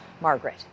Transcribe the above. Margaret